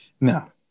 No